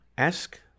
Ask